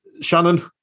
Shannon